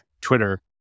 Twitter